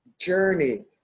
journey